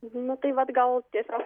nu tai vat gal tiesiog